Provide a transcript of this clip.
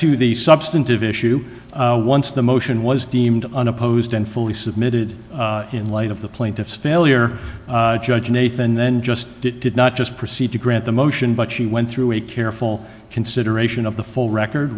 to the substantive issue once the motion was deemed unopposed and fully submitted in light of the plaintiff's failure judge nathan then just did not just proceed to grant the motion but she went through a careful consideration of the full record